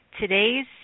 Today's